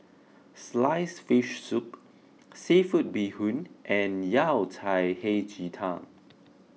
Sliced Fish Soup Seafood Bee Hoon and Yao Cai Hei Ji Tang